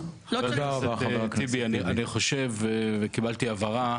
חבר הכנסת טיבי, אני חושב, וקיבלתי הבהרה,